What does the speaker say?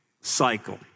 cycle